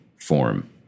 form